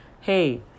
hey